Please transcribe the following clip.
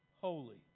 holy